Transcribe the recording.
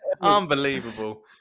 Unbelievable